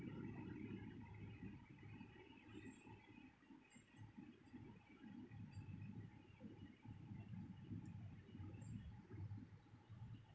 you